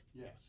Yes